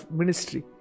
ministry